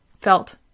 felt